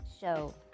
show